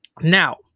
Now